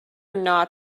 not